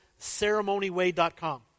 CeremonyWay.com